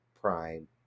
Prime